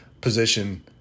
position